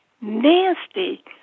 nasty